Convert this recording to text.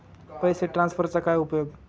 पैसे ट्रान्सफरचा काय उपयोग?